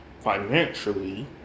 financially